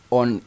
on